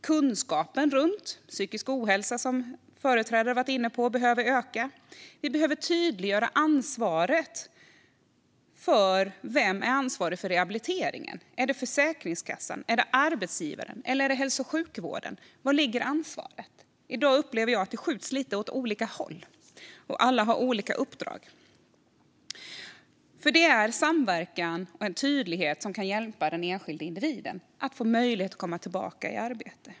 Kunskapen om psykisk ohälsa, som tidigare talare varit inne på, behöver öka. Vi behöver tydliggöra vem som är ansvarig för rehabiliteringen. Är det Försäkringskassan, arbetsgivare eller hälso och sjukvården? Hos vem finns ansvaret? Jag upplever att man i dag skjuter det lite åt olika håll och att alla har olika uppdrag. Det är samverkan och tydlighet som kan hjälpa den enskilda individen att kunna komma tillbaka i arbete.